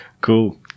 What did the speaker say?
Cool